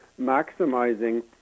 maximizing